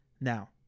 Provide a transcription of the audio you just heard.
now